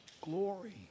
glory